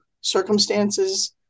circumstances